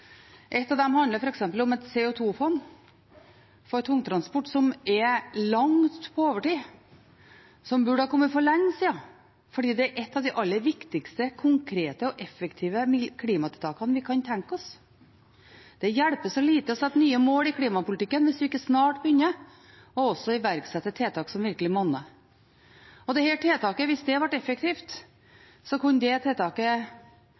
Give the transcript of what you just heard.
Et av dem handler f.eks. om et CO 2 -fond for tungtransport, som er langt på overtid, som burde ha kommet for lenge siden, fordi det er et av de aller viktigste, mest konkrete og mest effektive klimatiltakene vi kan tenke oss. Det hjelper så lite å sette nye mål i klimapolitikken hvis en ikke snart også begynner å iverksette tiltak som virkelig monner. Dette tiltaket – hvis det hadde blitt effektivt